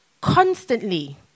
constantly